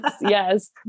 Yes